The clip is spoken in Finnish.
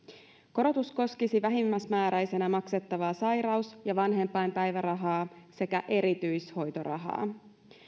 korotus koskisi vähimmäismääräisenä maksettavaa sairaus ja vanhempainpäivärahaa sekä erityishoitorahaa